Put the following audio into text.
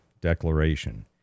declaration